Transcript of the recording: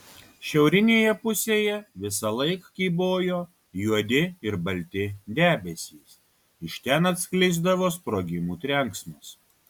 šiaurinėje pusėje visąlaik kybojo juodi ir balti debesys iš ten atsklisdavo sprogimų trenksmas